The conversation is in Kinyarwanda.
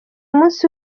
umunsi